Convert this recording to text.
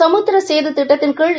சமுத்திர சேது திட்டத்தின் கீழ்